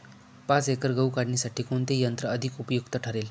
पाच एकर गहू काढणीसाठी कोणते यंत्र अधिक उपयुक्त ठरेल?